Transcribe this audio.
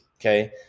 okay